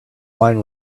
wine